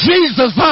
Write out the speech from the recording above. Jesus